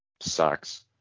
Sucks